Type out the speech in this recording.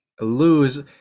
lose